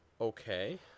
Okay